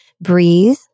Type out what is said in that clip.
Breathe